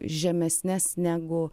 žemesnes negu